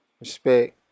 Respect